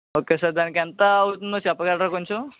okay sir దానికి ఎంత అవవుతుందో చెప్పగలరా కొంచెం